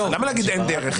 למה להגיד: אין דרך?